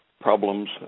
problems